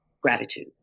gratitude